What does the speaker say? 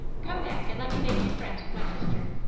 come back and let me make you friends with my sister.